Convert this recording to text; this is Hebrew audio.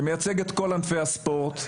שמייצג את כל ענפי הספורט.